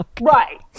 Right